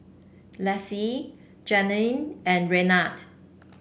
Lessie Janeen and Raynard